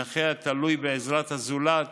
נכה התלוי בעזרת הזולת